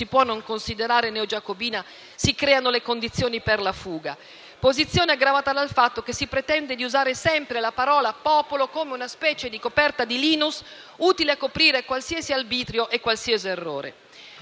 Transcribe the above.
può non considerare neogiacobina, si creano le condizioni per la fuga. Tale posizione è aggravata dal fatto che si pretende di usare sempre la parola "popolo" come una specie di coperta di Linus utile a coprire qualsiasi arbitrio e qualsiasi errore.